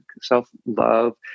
self-love